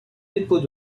dépôts